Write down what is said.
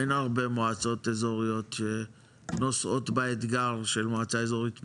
אין הרבה מועצות אזוריות שנושאות באתגר של מועצה אזורית מעורבת,